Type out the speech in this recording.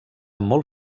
molt